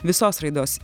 visos raidos